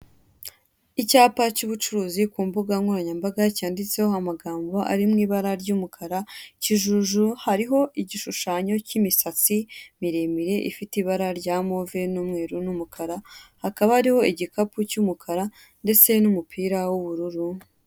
Icyapa cy'ubucuruzi ku mbuga nkoranyamabaga cyanditseho amagambo ari mu ibara ry'umukara ikijuju, hariho igishushanyo k'imisatsi miremire ifite ibara rya move n'umweru n'umukara hakaba hariho igikapu cy'umukara ndetse n'umupira w'ubururu.